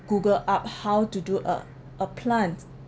google up how to do uh a plant